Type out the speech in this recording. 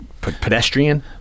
pedestrian